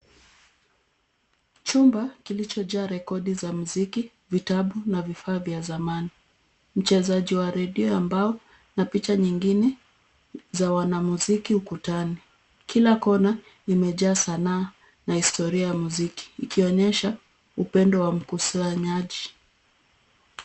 Chumba kilichojaa rekodi za mziki, vitabu na vifaa vya zamani. Mchezaji wa redio wa mbao na picha nyingine za wana muziki ukutani. Kila kona imejaa sanaa na historia ya muziki ikionyesha upendo wa mkusanyaji.